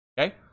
okay